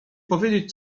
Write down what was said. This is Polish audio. powiedzieć